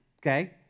okay